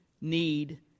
need